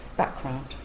background